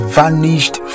vanished